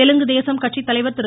தெலுங்கு தேசம் கட்சி தலைவர் திரு